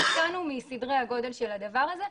הופתענו מסדרי הגודל של הדבר הזה,